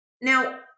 Now